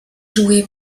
joué